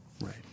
Right